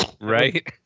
Right